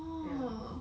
ya